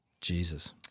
Jesus